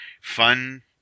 fun